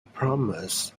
promise